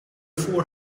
four